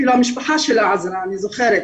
אפילו המשפחה שלה עזרה, אני זוכרת.